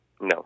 No